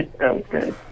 Okay